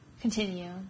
Continue